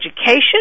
education